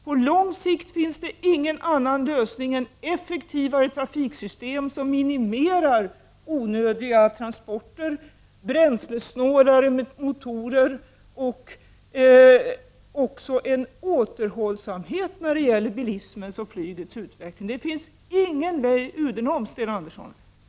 På lång sikt finns det ingen annan lösning än effektivare trafiksystem, som minimerar onödiga transporter, bränslesnålare motorer och en återhållsamhet med bilismens och flygets utveckling. Det finns ingen ”vej udenom”, Sten Andersson.